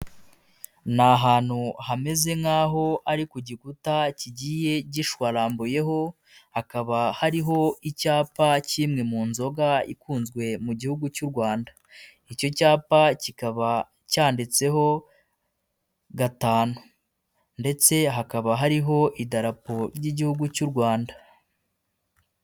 Ni ahantu hameze nk'aho ari ku gikuta kigiye gishwarambuyeho, hakaba hariho icyapa cy'mwe mu nzoga ikunzwe mu gihugu cy'u Rwanda, icyo cyapa kikaba cyanditseho gatanu ndetse hakaba hariho idarapo ry'igihugu cy'u Rwanda.